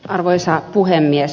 arvoisa puhemies